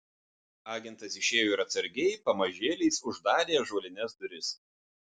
agentas išėjo ir atsargiai pamažėliais uždarė ąžuolines duris